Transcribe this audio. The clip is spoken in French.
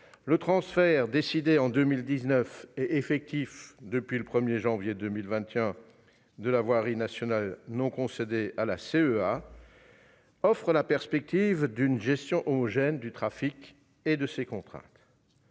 le transfert décidé en 2019, et effectif depuis le 1 janvier 2021, de la voirie nationale non concédée à la CEA offre la perspective d'une gestion homogène du trafic et de ses contraintes.